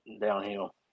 downhill